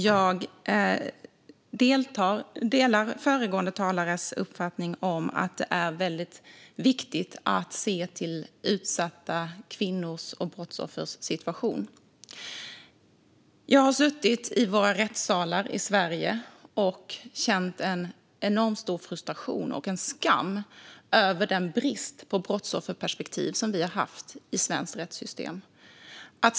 Fru talman! Jag delar föregående talares uppfattning att det är väldigt viktigt att se till utsatta kvinnors och brottsoffers situation. Jag har suttit i rättssalar i Sverige och känt en enorm frustration och en skam över den brist på brottsofferperspektiv som funnits i det svenska rättssystemet.